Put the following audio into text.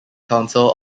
council